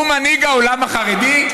הוא מנהיג העולם החרדי?